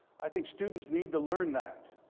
i think students need to learn that.